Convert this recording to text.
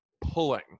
pulling